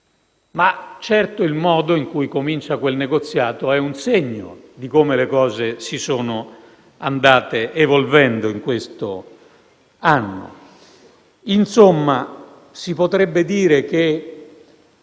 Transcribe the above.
Certo, il modo in cui comincia quel negoziato è un segno di come le cose sono andate evolvendosi in questo anno. Insomma, si potrebbe dire che